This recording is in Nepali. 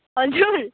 हजुर